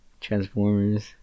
Transformers